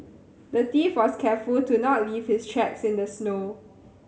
the thief was careful to not leave his tracks in the snow